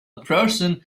person